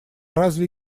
разве